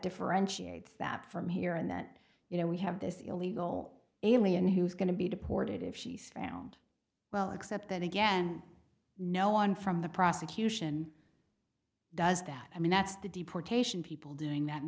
differentiates that from here and that you know we have this illegal alien who's going to be deported if she's found well except that again no one from the prosecution does that i mean that's the deportation people doing that